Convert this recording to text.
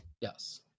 yes